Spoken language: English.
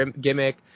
gimmick